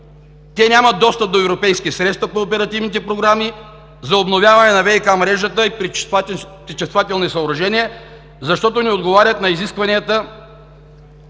Те нямат европейски средства по оперативните програми за обновяване на ВиК мрежата и пречиствателни съоръжения, защото не отговарят на изискванията.